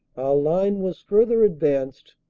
line was further advanced,